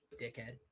dickhead